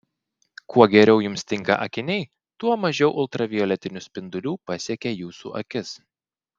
kuo geriau jums tinka akiniai tuo mažiau ultravioletinių spindulių pasiekia jūsų akis